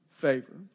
favor